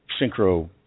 synchro